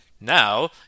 Now